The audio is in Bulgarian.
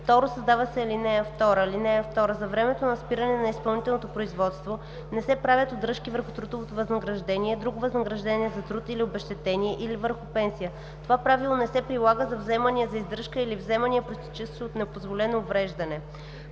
1. 2. Създава се ал. 2: „(2) За времето на спиране на изпълнителното производство не се правят удръжки върху трудово възнаграждение, друго възнаграждение за труд или обезщетение, или върху пенсия. Това правило не се прилага за вземания за издръжка или вземания, произтичащи от непозволено увреждане.“